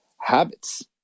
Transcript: habits